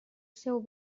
seu